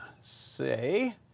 Say